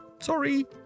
sorry